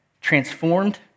transformed